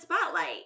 spotlight